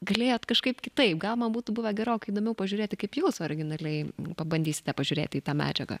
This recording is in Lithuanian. galėjot kažkaip kitaip gal man būtų buvę gerokai įdomiau pažiūrėti kaip jūs originaliai pabandysite pažiūrėti į tą medžiagą